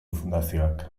fundazioak